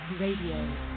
Radio